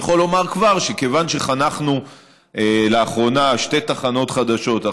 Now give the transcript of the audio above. אני כבר יכול לומר שכיוון שחנכנו לאחרונה שתי תחנות חדשות,